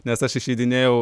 nes aš išeidinėjau